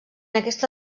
aquesta